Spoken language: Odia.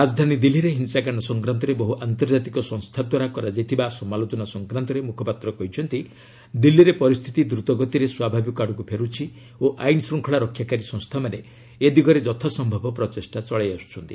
ରାଜଧାନୀ ଦିଲ୍ଲୀରେ ହିଂସାକାଣ୍ଡ ସଂକ୍ରାନ୍ତରେ ବହୁ ଆନ୍ତର୍ଜାତିକ ସଂସ୍ଥା ଦ୍ୱାରା କରାଯାଇଥିବା ସମାଲୋଚନା ସଂକ୍ରାନ୍ତରେ ମୁଖପାତ୍ର କହିଛନ୍ତି ଦିଲ୍ଲୀରେ ପରିସ୍ଥିତି ଦ୍ରତଗତିରେ ସ୍ୱାଭାବିକ ଆଡ଼କୃ ଫେର୍ଛି ଓ ଆଇନ୍ ଶୃଙ୍ଖଳା ରକ୍ଷାକାରୀ ସଂସ୍ଥାମାନେ ଏ ଦିଗରେ ଯଥାସମ୍ଭବ ପ୍ରଚେଷ୍ଟା କରିଆସ୍କଚ୍ଚନ୍ତି